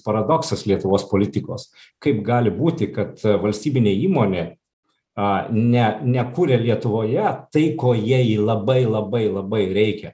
paradoksas lietuvos politikos kaip gali būti kad valstybinė įmonė a ne nekūrė lietuvoje tai ko jie jį labai labai labai reikia